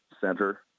center